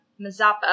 Mazapa